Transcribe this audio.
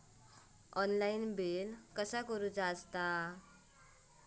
Online bill कसा करुचा?